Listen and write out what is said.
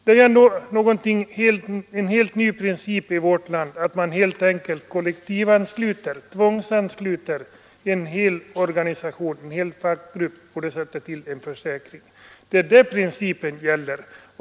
Det är dock en helt ny princip i vårt land att man kollektivansluter, tvångsansluter, en hel fackgrupp på detta sätt till en försäkring. Det är detta principen gäller.